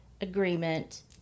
agreement